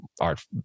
art